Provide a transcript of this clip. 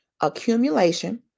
accumulation